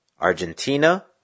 Argentina